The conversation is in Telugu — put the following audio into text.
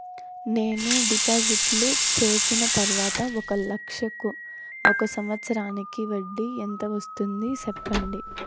నేను డిపాజిట్లు చేసిన తర్వాత ఒక లక్ష కు ఒక సంవత్సరానికి వడ్డీ ఎంత వస్తుంది? సెప్పండి?